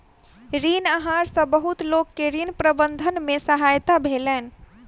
ऋण आहार सॅ बहुत लोक के ऋण प्रबंधन में सहायता भेलैन